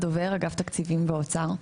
אגף תקציבים באוצר,